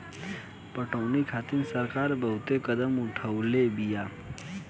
पटौनी खातिर सरकार बहुते कदम उठवले बिया